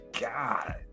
God